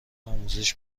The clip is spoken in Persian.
آموزش